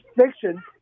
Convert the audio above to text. fiction